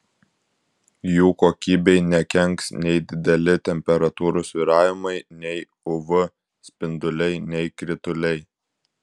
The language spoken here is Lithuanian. jų kokybei nekenks nei dideli temperatūrų svyravimai nei uv spinduliai nei krituliai